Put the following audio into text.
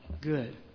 good